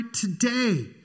today